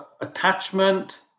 attachment